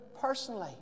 personally